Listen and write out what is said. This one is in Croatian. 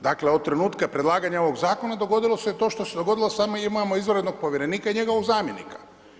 Dakle, od trenutka predlagatelja ovog zakona, dogodilo se to što se dogodilo, samo imamo izvanrednog povjerenika i njegovog zamjenika.